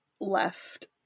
left